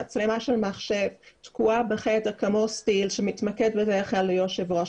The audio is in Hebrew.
מצלמה של מחשב שתקועה בחדר שמתמקדת בדרך כלל ביושב ראש.